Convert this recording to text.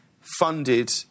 funded